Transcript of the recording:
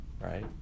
right